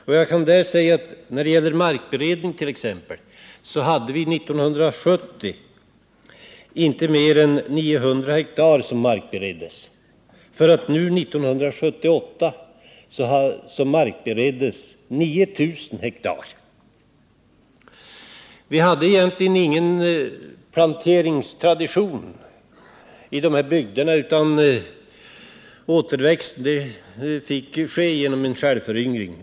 När det gäller t.ex. markberedning var det 1970 inte mer än 900 hektar som markbereddes, men år 1978 markbereddes 9 000 hektar. Vi hade egentligen ingen planeringstradition i dessa bygder, utan återväxten fick ske genom självföryngring.